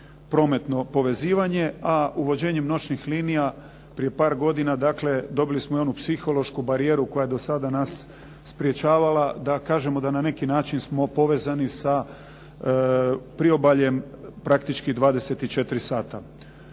prometno povezivanje, a uvođenjem noćnih linija prije par godina dobili smo i onu psihološku barijeru koja je do sada nas sprječavala, da kažemo da na neki način smo povezani sa priobaljem praktički 24 sata.